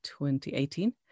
2018